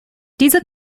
diese